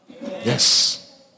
Yes